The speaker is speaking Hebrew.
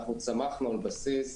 אנחנו צמחנו על בסיס